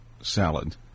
salad